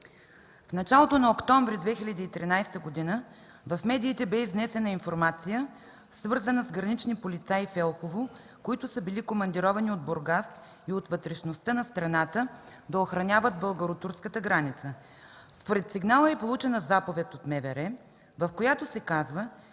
В началото на октомври 2013 г. в медиите бе изнесена информация, свързана с гранични полицаи в Елхово, които са били командировани от Бургас и от вътрешността на страната да охраняват българо-турската граница. Според сигнала, има получена заповед от МВР, в която се казва,